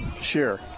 Sure